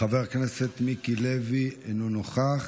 חבר הכנסת מיקי לוי, אינו נוכח.